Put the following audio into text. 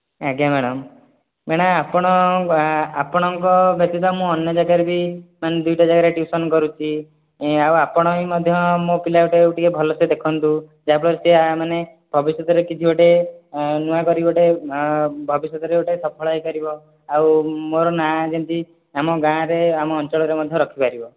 ଆଜ୍ଞା madam madam ଆପଣ ଆପଣଙ୍କ ବ୍ୟତୀତ ମୁଁ ଅନ୍ୟ ଜାଗାରେ ବି ମାନେ ଦୁଇଟା ଜାଗାରେ ଟ୍ୟୁସନ୍ କରୁଛି ଆଉ ଆପଣ ବି ମଧ୍ୟ ମୋ ପିଲାଟାକୁ ଟିକିଏ ଭଲସେ ଦେଖନ୍ତୁ ଯାହା ଫଳରେ ସେ ମାନେ ଭବିଷ୍ୟତରେ କିଛି ଗୋଟେ ନୂଆ କରି ଗୋଟେ ଭବିଷ୍ୟତରେ ଗୋଟେ ସଫଳ ହୋଇପାରିବ ଆଉ ମୋର ନାଁ ଯେମିତି ଆମ ଗାଁରେ ଆମ ଅଞ୍ଚଳରେ ମଧ୍ୟ ରଖିପାରିବ